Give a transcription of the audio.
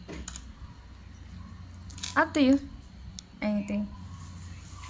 up to you anything